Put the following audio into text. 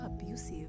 abusive